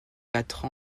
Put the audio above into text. quatre